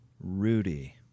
Rudy